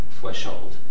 threshold